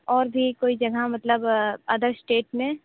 और भी कोई जगह मतलब अदर स्टेट में